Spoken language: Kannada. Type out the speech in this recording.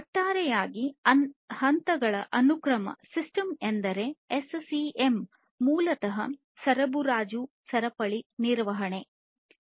ಒಟ್ಟಾರೆಯಾಗಿ ಹಂತಗಳ ಅನುಕ್ರಮ ಸಿಸ್ಟಮ್ ಎಂದರೆ ಎಸ್ಸಿಎಂ ಮೂಲತಃ ಸರಬರಾಜು ಸರಪಳಿ ನಿರ್ವಹಣೆ ಆಗಿದೆ